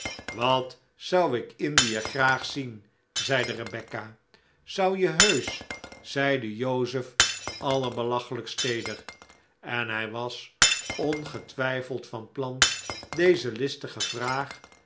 wat zou ik indie graag zien zeide rebecca zou je heusch zeide joseph allerbelachelijkst teeder en hij was ongetwijfeld van plan deze listige vraag